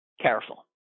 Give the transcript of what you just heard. careful